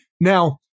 Now